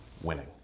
winning